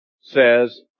says